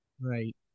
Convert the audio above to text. Right